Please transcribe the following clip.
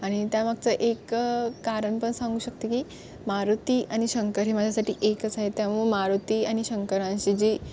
आणि त्यामागचं एक कारण पण सांगू शकते की मारुती आणि शंकर हे माझ्यासाठी एकच आहे त्यामुळं मारुती आणि शंकरांशी जी